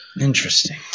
Interesting